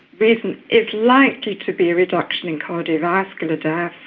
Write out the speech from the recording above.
reason is likely to be a reduction in cardiovascular deaths